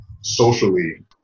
socially